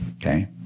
Okay